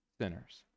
sinners